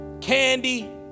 candy